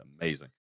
amazing